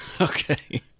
Okay